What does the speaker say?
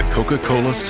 Coca-Cola